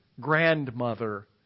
grandmother